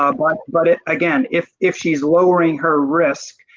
ah but but again, if if she is lowering her risk,